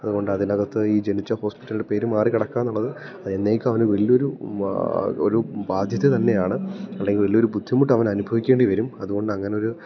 അതു കൊണ്ട് അതിനകത്ത് ഈ ജനിച്ച ഹോസ്പിറ്റലിൻ്റെ പേര് മാറി കിടക്കുകയെന്നുള്ളത് അതെന്നേക്കും അവന് വലിയൊരു ഒരു ബാധ്യത തന്നെയാണ് അല്ലെങ്കിൽ വലിയൊരു ബുദ്ധിമുട്ടവനനുഭവിക്കേണ്ടി വരും അതു കൊണ്ട് അങ്ങനൊരു